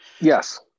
Yes